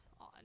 on